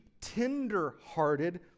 tender-hearted